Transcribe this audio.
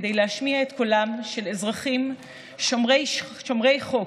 כדי להשמיע את קולם של אזרחים שומרי חוק,